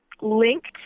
linked